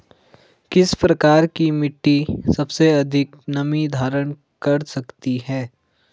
किस प्रकार की मिट्टी सबसे अधिक नमी धारण कर सकती है?